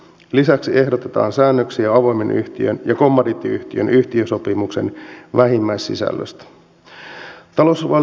lisäksi ehdotetaan säännöksiä avoimen yhtiön ja kommandiittiyhtiön yh tiösopimuksen vähimmäissisällöstä